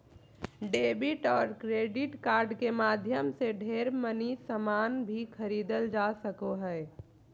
debit और credit card के माध्यम से ढेर मनी सामान भी खरीदल जा सको हय